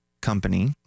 company